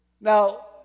Now